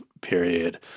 period